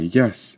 yes